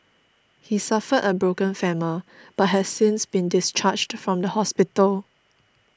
he suffered a broken femur but has since been discharged from hospital